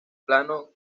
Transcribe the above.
plano